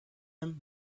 him